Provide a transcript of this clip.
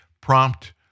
prompt